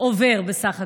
עוברים בסך הכול.